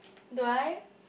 do I